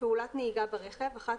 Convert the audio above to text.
"פעולת נהיגה ברכב" - אחת